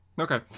okay